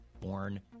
born